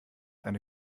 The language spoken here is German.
eine